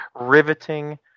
riveting